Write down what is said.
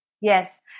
Yes